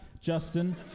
Justin